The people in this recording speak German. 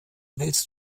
willst